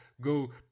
go